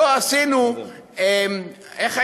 לא עשינו,